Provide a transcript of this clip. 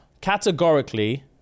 categorically